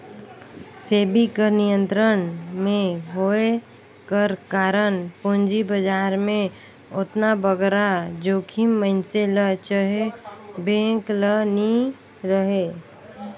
सेबी कर नियंत्रन में होए कर कारन पूंजी बजार में ओतना बगरा जोखिम मइनसे ल चहे बेंक ल नी रहें